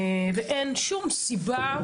ואין שום סיבה,